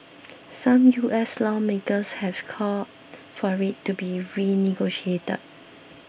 some U S lawmakers have called for it to be renegotiated